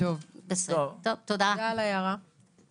״אדם המבקש הכרה״